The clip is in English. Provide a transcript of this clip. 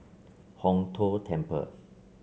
Hong Tho Temple